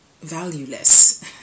valueless